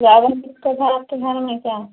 ज़्यादा दिक्कत है आपके घर में क्या